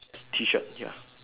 T shirt ya